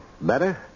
Better